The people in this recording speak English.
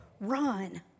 run